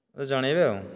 ଜଣେଇବେ